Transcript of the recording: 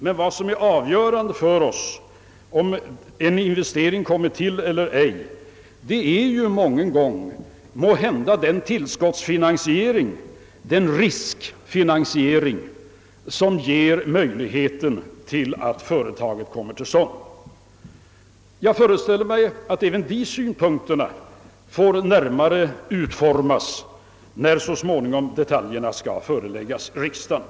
Men vad som är avgörande för om en inwestering skall komma till stånd eller inte är många gånger en tillskottsfinansiering, en riskfinansiering av det slag som det här kan bli fråga om, Jag föreställer mig att man får ta hänsyn även till de synpunkterna när förslag om detaljutformningen så småningom skall föreläggas riksdagen.